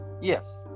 yes